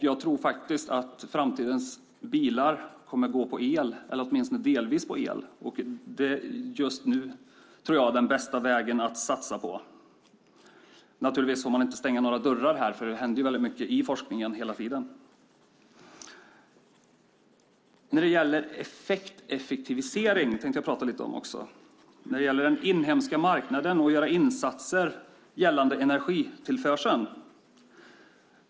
Jag tror att framtidens bilar kommer att gå på el eller åtminstone delvis på el. Det är den bästa vägen att satsa på. Man får naturligtvis inte stänga några dörrar här. Det händer väldigt mycket i forskningen hela tiden. Jag tänkte också tala lite om energieffektivisering, den inhemska marknaden och att göra insatser när det gäller energitillförseln.